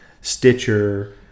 Stitcher